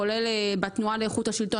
כולל בתנועה לאיכות השלטון,